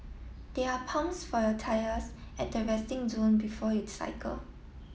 there are pumps for your tyres at the resting zone before you cycle